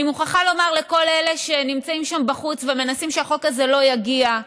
אני מוכרחה לומר לכל אלה שנמצאים שם בחוץ ומנסים שהחוק הזה לא יגיע: